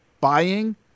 buying